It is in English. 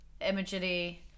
imagery